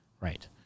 right